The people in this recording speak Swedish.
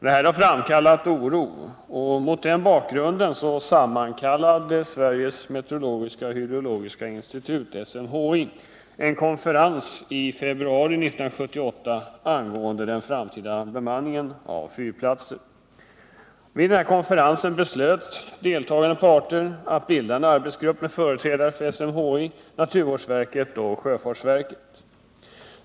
Detta har framkallat oro, och mot den bakgrunden sammankallade SMHI en konferens i februari 1978 angående den framtida bemanningen av fyrplatser. Vid denna konferens beslöt deltagande parter att bilda en arbetsgrupp med företrädare för SMHI, naturvårdsverket och sjöfartsverket.